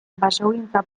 basogintza